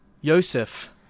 Yosef